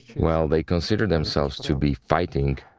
well, they consider themselves to be fighting,